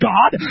God